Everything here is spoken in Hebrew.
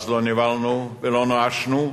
אז לא נבהלנו ולא נואשנו,